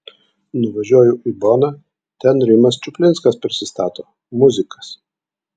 nuvažiuoju į boną ten rimas čuplinskas prisistato muzikas